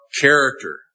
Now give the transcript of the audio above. character